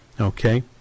Okay